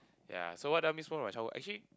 yea so what does miss from my childhood actually